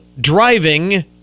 driving